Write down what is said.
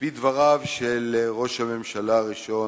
על-פי דבריו של ראש הממשלה הראשון,